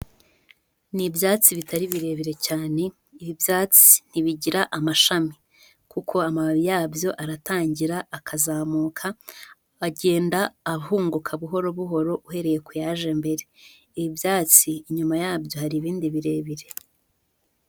Ni ibyatsi bitari birebire cyane, ibi byatsi ntibigira amashami, kuko amababi yabyo aratangira akazamuka, agenda ahunguka buhoro buhoro, uhereye ku yaje mbere, ibi byatsi inyuma yabyo hari ibindi birebire.